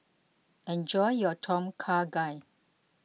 enjoy your Tom Kha Gai